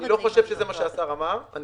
לא, אני לא חושב שזה מה שאמר השר.